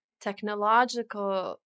technological